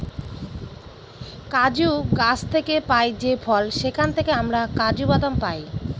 কাজু গাছ থেকে পাই যে ফল সেখান থেকে আমরা কাজু বাদাম পাই